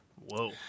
Whoa